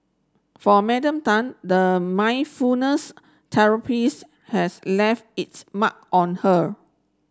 for Madam Tan the mindfulness therapies has left its mark on her